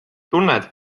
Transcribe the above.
tunned